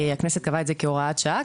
הכנסת קבעה את זה כהוראת שעה,